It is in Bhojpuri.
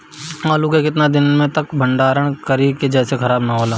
आलू के केतना दिन तक भंडारण करी जेसे खराब होएला?